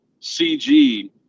CG